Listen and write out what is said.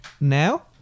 now